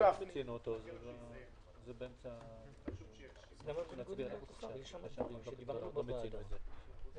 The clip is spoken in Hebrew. --- יש כאן חוק מורכב שעוסק בהמון כסף,